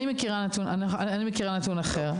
אני מכירה נתון אחר.